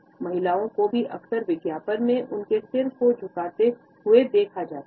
महिलाओं को भी अक्सर विज्ञापन में उनके सिर को झुकाते हुए दिखाया जाता है